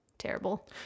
terrible